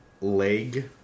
leg